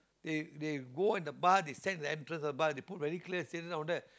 they they go on the bus they stand at the entrance of the bus they put very clear stated down there